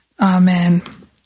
Amen